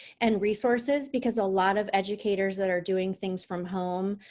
and resources, because a lot of educators that are doing things from home,